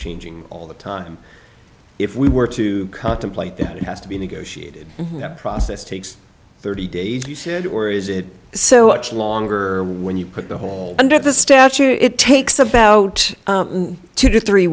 changing all the time if we were to contemplate that it has to be negotiated that process takes thirty days he said or is it so much longer when you put the whole under the statute it takes about two to three